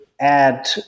add